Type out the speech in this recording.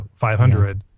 500